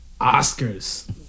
Oscars